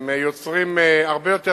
הן יוצרות הרבה יותר